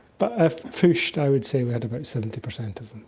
but if pushed i would say we had about seventy percent of them.